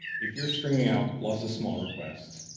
if you're streaming out lots of small requests,